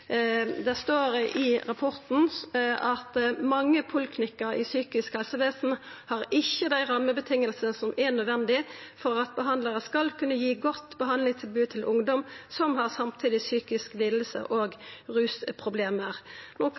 Det står i rapporten at: «Mange poliklinikker i psykisk helsevern har ikke de rammebetingelsene som er nødvendige for at behandlerne skal kunne gi god behandling til ungdom som har samtidige psykiske lidelser og